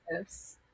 Yes